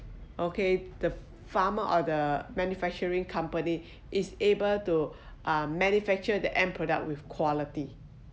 okay the farmer or the manufacturing company is able to uh manufacture the end product with quality